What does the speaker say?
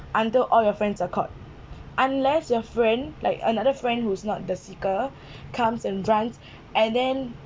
until all your friends are caught unless your friend like another friend who is not the seeker comes and runs and then